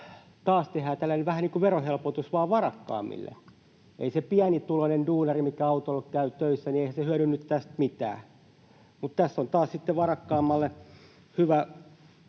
taas tehdään tällainen vähän niin kuin verohelpotus vain varakkaammille. Eihän se pienituloinen duunari, joka autolla käy töissä, hyödy nyt tästä mitään. Mutta tässä on taas sitten varakkaammalle hyvä